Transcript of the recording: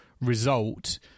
result